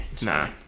Nah